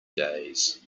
days